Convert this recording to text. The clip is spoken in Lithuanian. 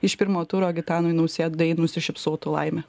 iš pirmo turo gitanui nausėdai nusišypsotų laimė